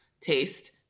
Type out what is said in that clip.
taste